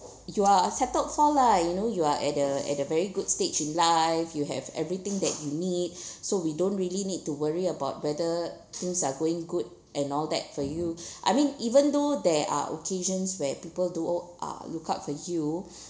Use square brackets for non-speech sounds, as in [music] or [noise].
you are settled for lah you know you are at a at a very good stage in life you have everything that you need [breath] so we don't really need to worry about whether things are going good and all that for you [breath] I mean even though there are occasions where people do uh look out for you